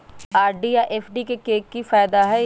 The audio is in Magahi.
आर.डी आ एफ.डी के कि फायदा हई?